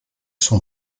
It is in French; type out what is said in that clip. son